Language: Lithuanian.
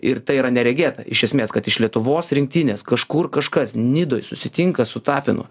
ir tai yra neregėta iš esmės kad iš lietuvos rinktinės kažkur kažkas nidoj susitinka su tapinu